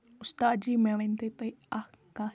اُستاد جی مےٚ ؤنتَو تُہۍ اَکھ کَتھ